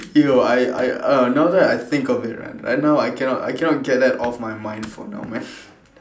yo I I I now that I think of it right now I cannot I cannot get that off my mind for now man